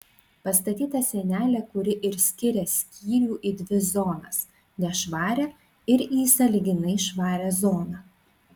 pastatyta sienelė kuri ir skiria skyrių į dvi zonas nešvarią ir į sąlyginai švarią zoną